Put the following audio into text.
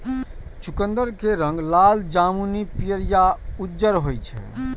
चुकंदर के रंग लाल, जामुनी, पीयर या उज्जर होइ छै